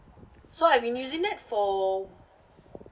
so I've been using that for